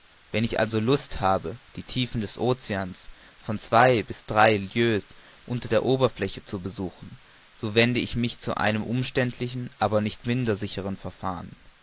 wenn ich also lust habe die tiefen des oceans von zwei bis drei lieues unter der oberfläche zu besuchen so wende ich mich zu einem umständlichern aber nicht minder sichern verfahren